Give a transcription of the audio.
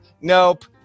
Nope